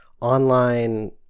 online